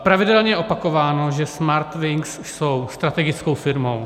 Pravidelně je opakováno, že Smartwings jsou strategickou firmou.